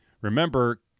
remember